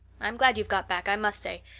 i'm glad you've got back, i must say.